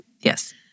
Yes